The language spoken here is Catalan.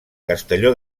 castelló